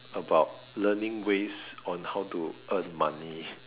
about learning ways on how to earn money